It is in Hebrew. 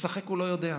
לשחק הוא לא יודע.